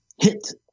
hit